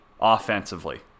offensively